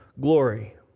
glory